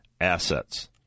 assets